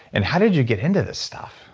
and how did you get into this stuff?